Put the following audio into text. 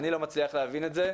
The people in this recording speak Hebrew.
אני לא מצליח להבין את זה.